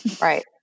Right